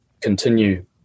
continue